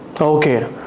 Okay